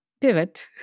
pivot